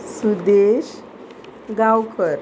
Sudesh Gaonkar